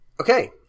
Okay